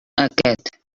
aquest